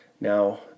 Now